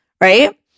right